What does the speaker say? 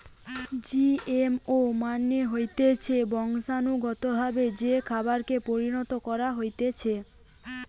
GMO মানে হতিছে বংশানুগতভাবে যে খাবারকে পরিণত করা হতিছে